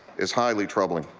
is highly troubling.